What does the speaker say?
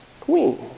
Queen